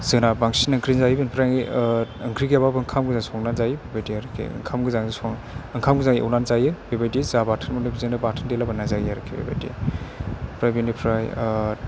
जोंना बांसिन ओंख्रिजों जायो बेनिफ्राय ओंख्रि गैयाबाबो ओंखाम गोजा संनानै जायो बेबायदि आरोखि ओंखाम गोजां सं ओंखाम गोजां एवनानै जायो बेबायदि जा बाथोन मोनदों बेजोंनो बाथोन देला बायना जायो आरोखि बेबायदि ओमफ्राय बेनिफ्राय